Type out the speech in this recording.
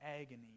agony